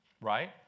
right